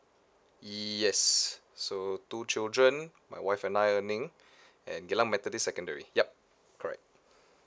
yes so two children my wife and I earning and geylang methodist secondary yup correct